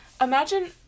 imagine